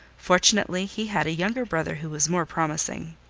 fortunately he had a younger brother who was more promising.